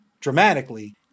dramatically